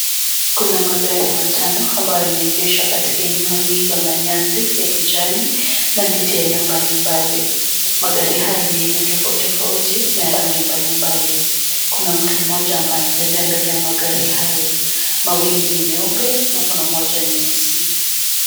Kuna magari matano ambayo yameegeshwa katika eneo lililo na nyasi ya kijani na miti aina mbalimbali. Magari hayo ni aina tofauti tofauti na ya rangi mbalimbali. Kuna mtu mmoja ambaye anatembea mbele ya magari hayo. Mawili ni meupe na kuna moja nyeusi.